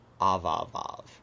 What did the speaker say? Avavav